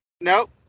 Nope